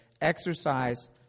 exercise